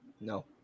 No